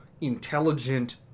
intelligent